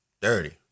Dirty